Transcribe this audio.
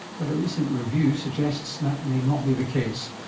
but a recent review suggests that may not be the case.